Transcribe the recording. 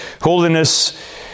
Holiness